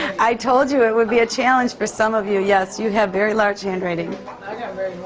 i told you it would be a challenge for some of you. yes. you have very large handwriting. i got very